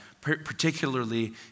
particularly